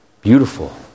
beautiful